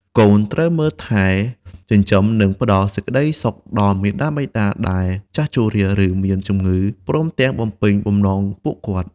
កូនត្រូវមើលថែ ចិញ្ចឹម និងផ្ដល់សេចក្តីសុខដល់មាតាបិតាដែលចាស់ជរា ឬមានជម្ងឺ ព្រមទាំងបំពេញបំណងពួកគាត់។